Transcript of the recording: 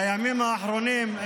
בימים האחרונים,